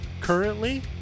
currently